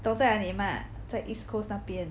懂在哪里吗在 East Coast 那里